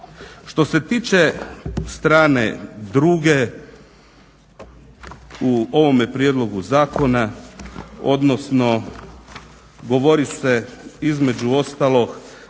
Što se tiče strane druge u ovome prijedlogu zakona, odnosno govori se između ostalog